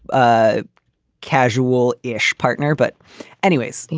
ah casual ish partner. but anyways, yeah,